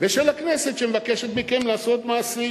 ושל הכנסת שמבקשת מכם לעשות מעשים.